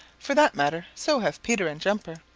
for that matter, so have peter and jumper.